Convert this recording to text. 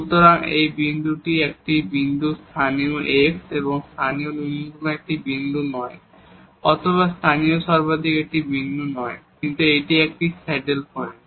সুতরাং এই বিন্দুটি এটির একটি বিন্দু লোকাল x লোকাল মিনিমা একটি বিন্দু নয় অথবা এটি লোকাল ম্যাক্সিমা একটি বিন্দু নয় কিন্তু এটি একটি স্যাডেল পয়েন্ট